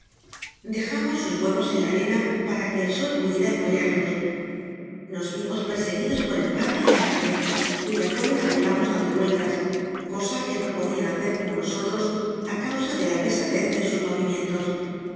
dejamos sus hueros en la ena para que el ho sol pudiem cmpollarlos nos rimos perseguidos a burlamos por el pade y la ma he cuya cülc dando llellas cosa que no podían hacer como nosoltos i causa de la pesadez de sus morimientos